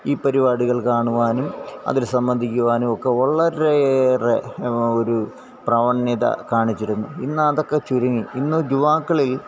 ഈ പരിപാടികള് കാണുവാനും അതില് സംബന്ധിക്കുവാനുമൊക്കെ വളരെ ഏറെ ഒരു പ്രവണ്ത കാണിച്ചിരുന്നു ഇന്നതൊക്കെ ചുരുങ്ങി ഇന്ന് യുവാക്കളില്